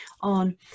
on